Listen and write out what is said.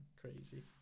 Crazy